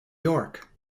york